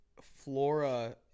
Flora